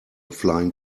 flying